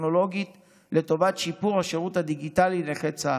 הטכנולוגית לטובת שיפור השירות הדיגיטלי לנכי צה"ל,